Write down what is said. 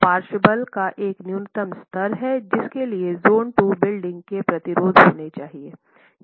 तो पार्श्व बल का एक न्यूनतम स्तर है जिसके लिए ज़ोन II बिल्डिंग में प्रतिरोध होना चाहिए